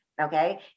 okay